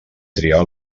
triar